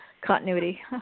Continuity